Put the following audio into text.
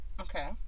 Okay